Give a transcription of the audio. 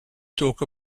talk